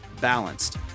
Balanced